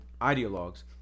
ideologues